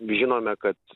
žinome kad